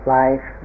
life